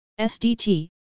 SDT